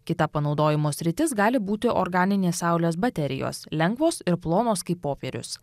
kita panaudojimo sritis gali būti organinės saulės baterijos lengvos ir plonos kaip popierius